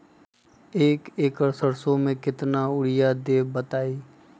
दो एकड़ सरसो म केतना यूरिया देब बताई?